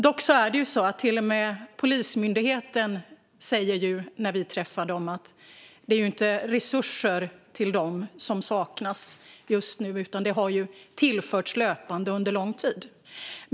Dock säger till och med Polismyndigheten när vi träffar dem att det inte är resurser till dem som saknas just nu. Sådana har tillförts löpande under lång tid.